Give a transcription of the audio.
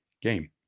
game